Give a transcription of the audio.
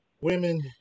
women